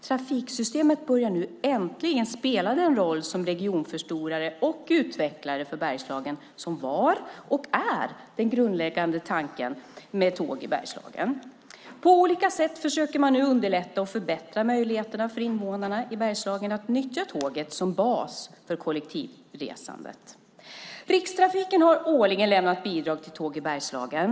Trafiksystemet börjar nu äntligen spela den roll som regionförstorare och utvecklare för Bergslagen som var, och är, den grundläggande tanken med Tåg i Bergslagen. På olika sätt försöker man nu underlätta och förbättra möjligheterna för invånarna i Bergslagen att nyttja tåget som bas för kollektivresandet. Rikstrafiken har årligen lämnat bidrag till Tåg i Bergslagen.